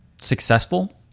successful